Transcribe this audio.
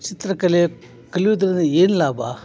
ಚಿತ್ರಕಲೆ ಕಲಿಯುವುದ್ರಿಂದ ಏನು ಲಾಭ